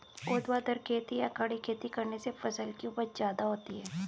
ऊर्ध्वाधर खेती या खड़ी खेती करने से फसल की उपज ज्यादा होती है